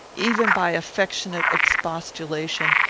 even by affectionate expostulation,